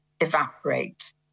evaporate